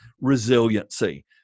resiliency